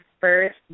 first